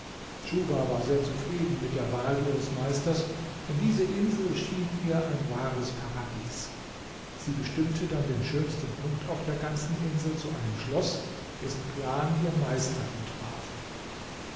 schuhba war sehr zufrieden mit der wahl ihres meisters denn diese insel schien ihr ein wahres paradies sie bestimmte dann den schönsten punkt auf der ganzen insel zu einem schloß dessen plan ihr meister entwarf